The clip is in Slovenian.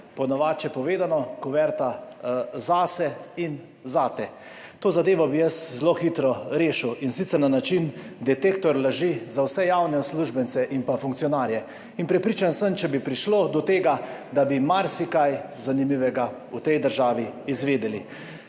po domače povedano, kuverta zase in zate. To zadevo bi jaz zelo hitro rešil, in sicer na način - detektor laži za vse javne uslužbence in funkcionarje. In prepričan sem, če bi prišlo do tega, da bi marsikaj zanimivega v tej državi izvedeli.